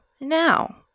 now